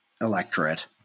electorate